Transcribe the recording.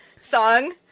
song